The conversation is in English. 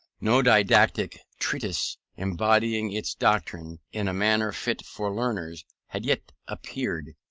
no didactic treatise embodying its doctrines, in a manner fit for learners, had yet appeared.